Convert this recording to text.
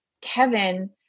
kevin